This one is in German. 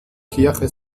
kirche